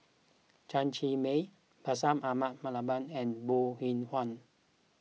Chen Cheng Mei Bashir Ahmad Mallal and Bong Hiong Hwa